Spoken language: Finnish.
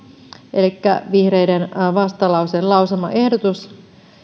elikkä vihreiden vastalauseen lausumaehdotus